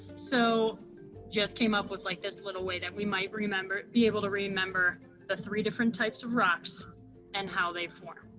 so just came up with like this little way that we might be able to remember the three different types of rocks and how they form.